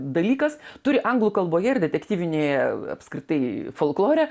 dalykas turi anglų kalboje ir detektyvinėje apskritai folklore